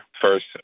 first